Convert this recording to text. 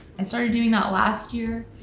i started doing that last year,